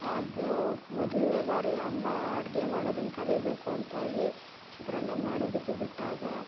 ಆಗ ಮೊದಲ್ನೇ ಬಾರಿ ಅಮ್ಮ ಅಡುಗೆ ಮಾಡೋದನ್ನು ಕಲಿಬೇಕು ಅಂತ ಹೇಳಿ ಚಿತ್ರಾನ್ನ ಮಾಡೋದಕ್ಕೆ ಬಿಟ್ಟಾಗ